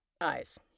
eyes